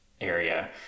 area